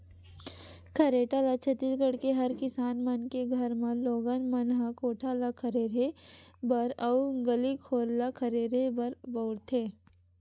खरेटा ल छत्तीसगढ़ के हर किसान मन के घर म लोगन मन ह कोठा ल खरहेरे बर अउ गली घोर ल खरहेरे बर बउरथे